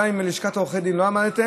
גם אם בלשכת עורכי הדין לא עמדתם,